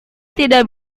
tidak